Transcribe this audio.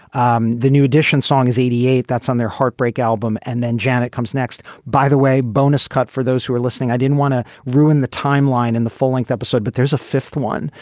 um the new addition song is eighty eight. that's on their heartbreak album. and then janet comes next. by the way bonus cut for those who are listening i didn't want to ruin the timeline and the full length episode but there's a fifth one.